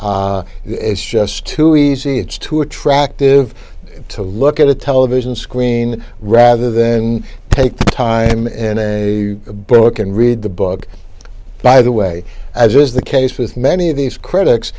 it's just too easy it's too attractive to look at a television screen rather than take the time and a book and read the book by the way as was the case with many of these critics